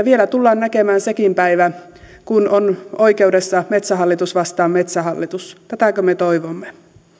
vielä tullaan näkemään sekin päivä kun on oikeudessa metsähallitus vastaan metsähallitus tätäkö me toivomme